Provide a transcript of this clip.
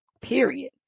Period